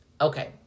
Okay